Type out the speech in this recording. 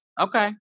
Okay